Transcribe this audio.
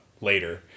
later